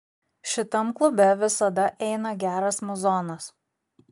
šitam klube visada eina geras muzonas